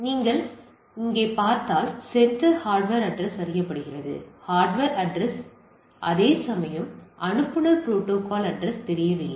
நீங்கள் இங்கே பார்த்தால் சென்டர் ஹார்ட்வர் அட்ரஸ் அறியப்படுகிறது ஹார்ட்வர் அட்ரஸ் அறியப்படுகிறது அதேசமயம் அனுப்புநர் புரோட்டோகால் அட்ரஸ் தெரியவில்லை